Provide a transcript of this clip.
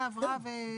אבל כרגע זה מיוצג כאפס.